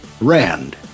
Rand